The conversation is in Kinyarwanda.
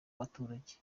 baturage